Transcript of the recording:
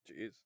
Jeez